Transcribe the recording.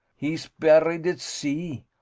he's buried at sea.